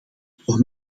voor